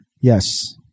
Yes